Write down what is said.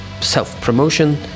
self-promotion